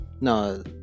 no